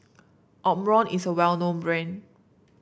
omron is a well known brand